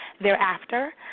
thereafter